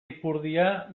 ipurdia